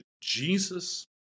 Jesus